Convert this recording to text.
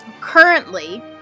currently